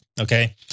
okay